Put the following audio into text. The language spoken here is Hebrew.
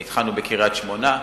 התחלנו בקריית-שמונה,